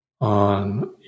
on